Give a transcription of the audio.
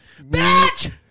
Bitch